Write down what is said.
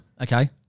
Okay